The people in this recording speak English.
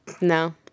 No